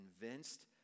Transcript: convinced